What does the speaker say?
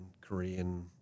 Korean